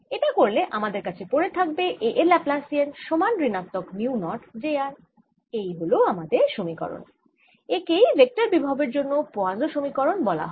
এটা করলে আমাদের কাছে পড়ে থাকবে A এর ল্যাপ্লাসিয়ান সমান ঋণাত্মক মিউ নট j r এই হল আমাদের সমীকরণ একে ভেক্টর বিভবের জন্য পোয়াসোঁ সমীকরণ বলা হয়